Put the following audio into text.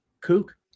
kook